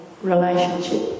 relationship